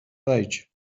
wejdź